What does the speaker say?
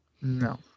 No